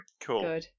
Cool